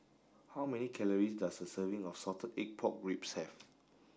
how many calories does a serving of salted egg pork ribs have